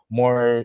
more